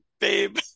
babe